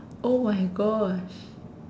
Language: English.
!oh-my-gosh!